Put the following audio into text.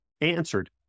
answered